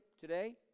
today